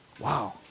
Wow